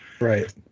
Right